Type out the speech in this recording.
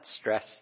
stress